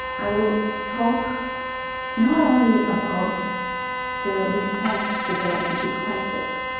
i will talk not only about the response to the refugee crisis,